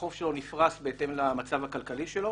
החוב שלו נפרס בהתאם למצב הכלכלי שלו,